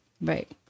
Right